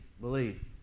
believe